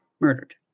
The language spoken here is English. murdered